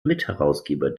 mitherausgeber